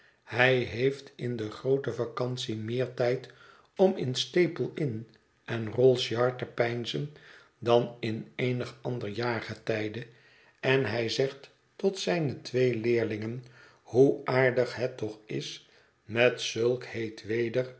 hij heeft in de groote vacantie meer tijd om in staple innen rolls yard te peinzen dan in eenig ander jaargetijde en hij zegt tot zijne twee leerlingen hoe aardig het toch is met zulk heet